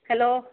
hello